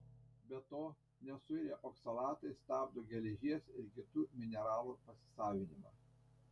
be to nesuirę oksalatai stabdo geležies ir kitų mineralų pasisavinimą